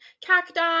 cacti